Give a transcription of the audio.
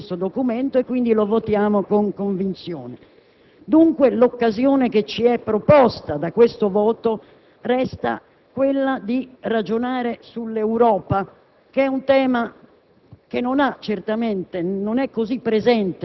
e simbolicamente rilevanti di questo documento e lo votiamo con convinzione. Dunque, l'occasione che ci è proposta da questo voto resta quella di ragionare sull'Europa, un tema